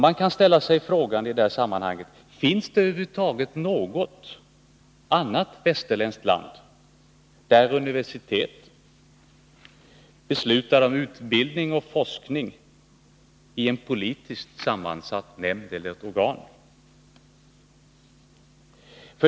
Man kan ställa sig frågan: Finns det över huvud taget något annat västerländskt land där man inom universiteten beslutar om utbildning och forskning i politiskt sammansatta nämnder eller organ?